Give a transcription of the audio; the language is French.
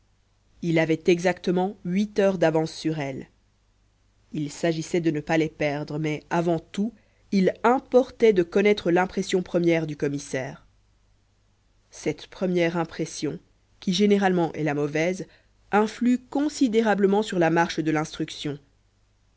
il avait exactement huit heures d'avance sur elle il s'agissait de ne pas les perdre mais avant tout il importait de connaître l'impression première du commissaire cette première impression qui généralement est la mauvaise influe considérablement sur la marche de l'instruction